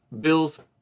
bills